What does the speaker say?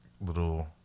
little